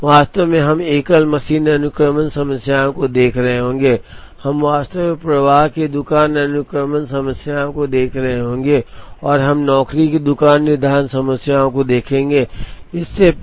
वास्तव में हम एकल मशीन अनुक्रमण समस्याओं को देख रहे होंगे हम वास्तव में प्रवाह की दुकान अनुक्रमण समस्याओं को देख रहे होंगे और हम नौकरी की दुकान निर्धारण समस्याओं को देखेंगे